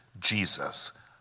Jesus